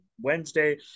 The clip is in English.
wednesday